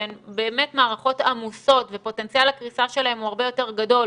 שהן באמת מערכות עמוסות ופוטנציאל הקריסה שלהם הוא הרבה יותר גדול,